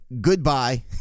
goodbye